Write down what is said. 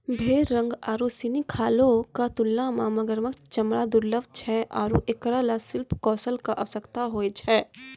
भेड़ रंग आरु सिनी खालो क तुलना म मगरमच्छ चमड़ा दुर्लभ छै आरु एकरा ल शिल्प कौशल कॅ आवश्यकता होय छै